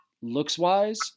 looks-wise